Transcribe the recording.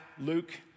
Luke